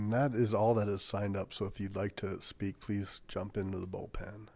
and that is all that is signed up so if you'd like to speak please jump into the bullpen